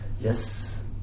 Yes